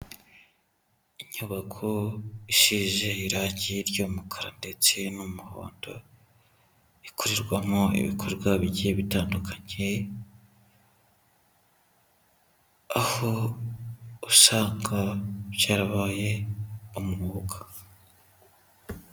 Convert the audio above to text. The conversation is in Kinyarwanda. Inyubako isize irangi ry'umukara ndetse n'umuhondo, ikorerwamo ibikorwa bigiye bitandukanye, aho usanga byarabaye umwuga.